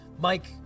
Mike